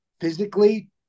Physically